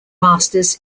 masters